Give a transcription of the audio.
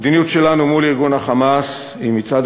המדיניות שלנו מול ארגון ה"חמאס" היא מצד